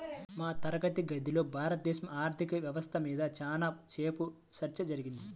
మా తరగతి గదిలో భారతదేశ ఆర్ధిక వ్యవస్థ మీద చానా సేపు చర్చ జరిగింది